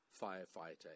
firefighter